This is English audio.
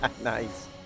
Nice